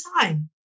time